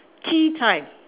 tea time